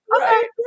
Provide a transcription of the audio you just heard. okay